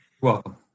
Welcome